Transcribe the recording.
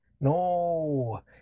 No